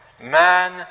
man